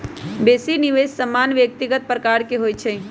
बेशी निवेश सामान्य व्यक्तिगत प्रकार के होइ छइ